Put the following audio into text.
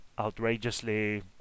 outrageously